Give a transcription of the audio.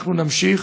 אנחנו נמשיך.